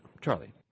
Charlie